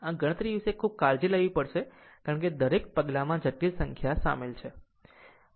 આમ ગણતરી વિશે ખૂબ કાળજી લેવી પડશે કારણ કે દરેક પગલામાં જટિલ સંખ્યા શામેલ છે